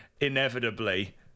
inevitably